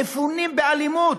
מפונים באלימות.